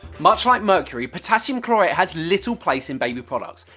much like mercury, potassium chlorate has little place in baby products,